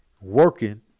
working